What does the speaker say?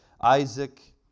Isaac